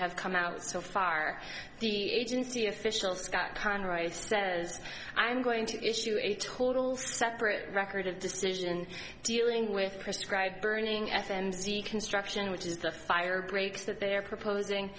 has come out so far the agency officials says i'm going to issue a total separate record of decision in dealing with prescribe burning f m z construction which is the fire breaks that they are proposing